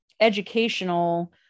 educational